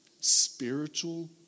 Spiritual